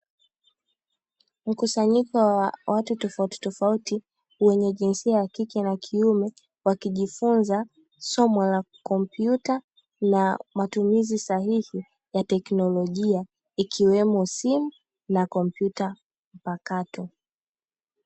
Mkusanyiko wa watu tofautitofauti wenye jinsia ya kike na kiume, wakijifunza somo la kompyuta na matumizi sahihi ya teknolojia ikiwemo simu na kompyuta mpakato.